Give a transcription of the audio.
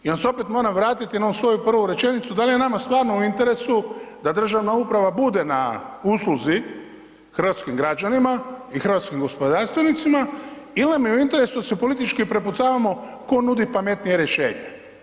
I onda se opet moram vratiti na onu svoju prvu rečenicu da li je nama stvarno u interesu da državna uprava bude na usluzi hrvatskim građanima i hrvatskim gospodarstvenicima ili nam je u interesu da se politički prepucavamo ko nudi pametnije rješenje.